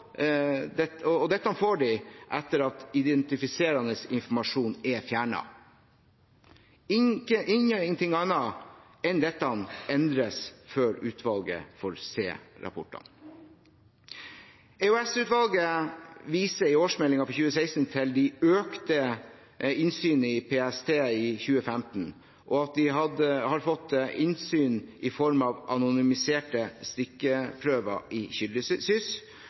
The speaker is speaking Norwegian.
annet enn dette endres før utvalget får se rapportene. EOS-utvalget viser i årsmeldingen for 2016 til det økte innsynet i PST i 2015, at de har fått innsyn i form av anonymiserte stikkprøver i